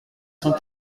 cent